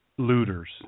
Looters